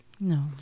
No